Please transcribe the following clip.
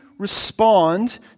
respond